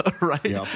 Right